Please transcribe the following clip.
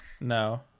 No